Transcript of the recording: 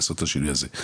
הוא לעשות את השינוי הזה.